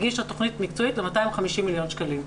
הגישה תכנית מקצועית ל-250 מיליון שקלים.